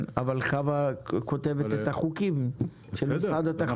אבל חוה כותבת את החוקים של משרד התחבורה.